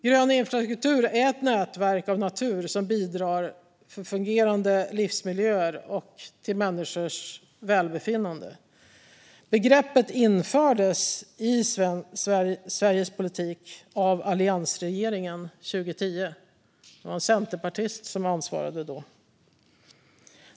Grön infrastruktur är ett nätverk av natur som bidrar till fungerande livsmiljöer och till människors välbefinnande. Begreppet infördes i svensk politik av alliansregeringen 2010, och det var en centerpartist som hade ansvaret.